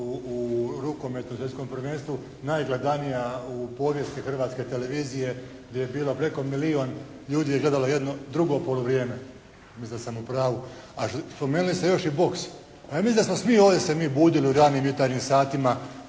u rukometu na Svjetskom prvenstvu najgledanija u povijesti Hrvatske televizije gdje je bilo preko milijun ljudi je gledalo jedno drugo poluvrijeme. Mislim da sam upravu. A spomenuli ste još i boks. Ja mislim da smo svi ovdje se budili u ranim jutarnjim satima,